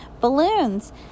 balloons